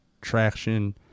traction